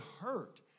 hurt